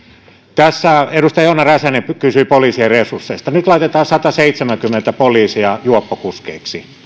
tässä edustaja joona räsänen kysyi poliisien resursseista nyt laitetaan sataseitsemänkymmentä poliisia juoppokuskeiksi